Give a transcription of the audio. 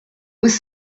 was